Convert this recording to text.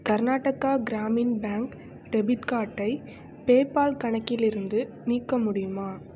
Karnataka Grameen bank debit கார்டை PayPal கணக்கிலிருந்து நீக்க முடியுமா